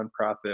nonprofit